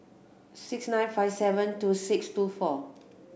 six nine five seven two six two four